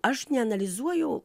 aš neanalizuoju